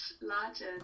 larger